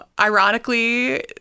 Ironically